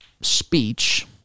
speech